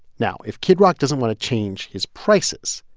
now, if kid rock doesn't want to change his prices,